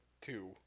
two